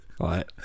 Right